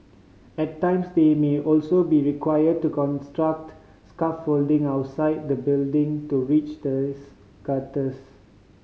at times they may also be required to construct scaffolding outside the building to reach the these gutters